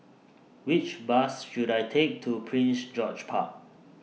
Which Bus should I Take to Prince George's Park